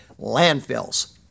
landfills